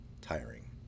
tiring